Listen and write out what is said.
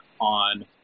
on